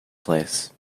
place